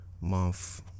month